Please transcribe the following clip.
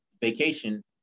vacation